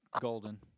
golden